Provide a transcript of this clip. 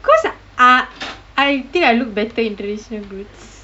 because uh I think I look better in traditional clothes